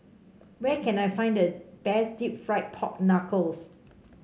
where can I find the best fried Pork Knuckles